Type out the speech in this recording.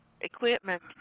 equipment